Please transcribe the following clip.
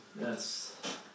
Yes